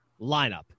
lineup